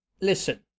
listen